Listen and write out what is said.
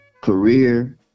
career